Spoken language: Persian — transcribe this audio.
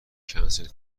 کسل